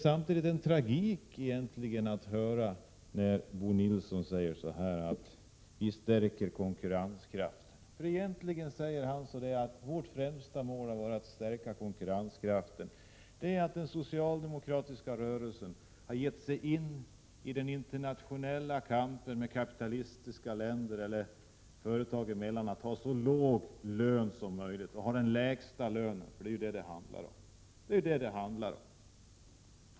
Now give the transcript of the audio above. Samtidigt är det tragiskt att höra Bo Nilsson säga: Vårt främsta mål är att stärka konkurrenskraften. För egentligen innebär det att den socialdemokratiska rörelsen har gett sig in i den internationella kampen kapitalistiska länder och företag emellan att ha så låga löner som möjligt. Det handlar ju om att ha det lägsta löneläget.